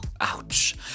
Ouch